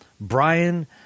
Brian